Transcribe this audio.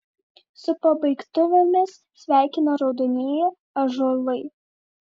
su pabaigtuvėmis sveikina raudonieji ąžuolai